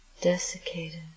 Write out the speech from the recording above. desiccated